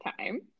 time